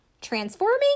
transforming